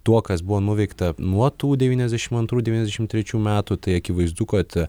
tuo kas buvo nuveikta nuo tų devyniasdešim antrų devyniasdešim trečių metų tai akivaizdu kad